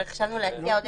אבל חשבנו על תיקון,